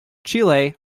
chile